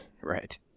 Right